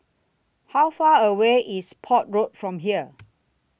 How Far away IS Port Road from here